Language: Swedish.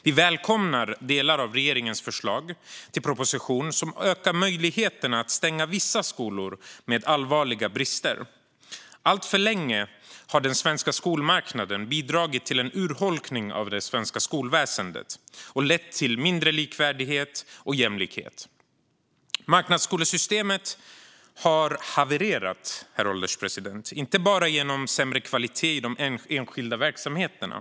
Vi välkomnar delar av regeringens förslag i propositionen som ökar möjligheterna att stänga vissa skolor med allvarliga brister. Alltför länge har den svenska skolmarknaden bidragit till en urholkning av det svenska skolväsendet och lett till mindre likvärdighet och jämlikhet. Marknadsskolan har havererat, herr ålderspresident, och det inte bara genom sämre kvalitet i de enskilda verksamheterna.